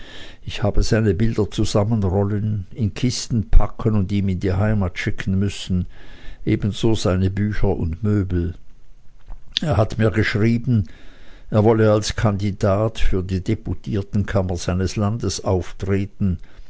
ich habe seine bilder zusammenrollen in kisten packen und ihm in die heimat schicken müssen ebenso seine bücher und möbeln er hat mir geschrieben er wolle als kandidat für die deputiertenkammer seines landes auftreten